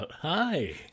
hi